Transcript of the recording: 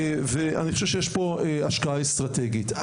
ויש פה השקעה אסטרטגית.